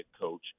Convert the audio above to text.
coach